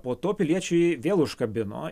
po to piliečiai vėl užkabino